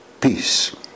peace